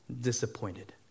disappointed